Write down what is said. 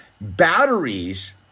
Batteries